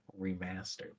Remastered